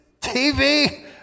TV